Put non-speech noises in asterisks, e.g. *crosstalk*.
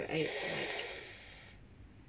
*noise*